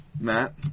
Matt